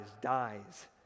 dies